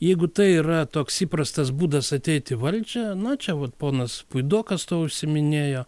jeigu tai yra toks įprastas būdas ateit į valdžią na čia vot ponas puidokas tuo užsiiminėjo